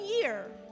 year